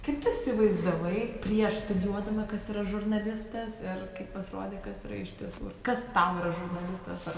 kaip tu įsivaizdavai prieš studijuodama kas yra žurnalistas ir kaip pasirodė kas yra iš tiesų kas tau yra žurnalistas ar